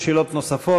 שאלות נוספות,